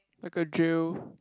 like a jail